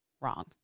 wrong